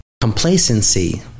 Complacency